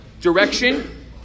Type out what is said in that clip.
direction